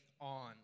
on